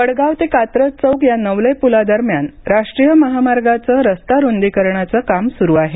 वडगाव ते कात्रज चौक या नवले पुलादरम्यान राष्ट्रीय महामार्गाचं रस्ता रुंदीकरणाचं काम सुरू आहे